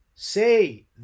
Say